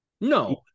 No